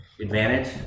Advantage